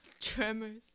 Tremors